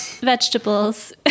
vegetables